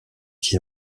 qui